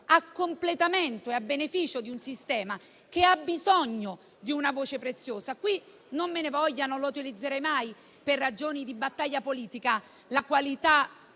a completamento e beneficio di un sistema che ha bisogno di una voce preziosa. Non me ne vogliano, perché non lo utilizzerei mai per ragioni di battaglia politica, ma ricordo